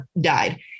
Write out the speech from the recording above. died